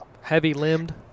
Heavy-limbed